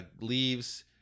Leaves